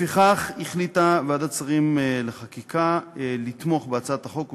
לפיכך החליטה ועדת שרים לחקיקה לתמוך בהצעת החוק,